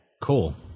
cool